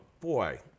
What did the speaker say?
boy